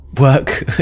work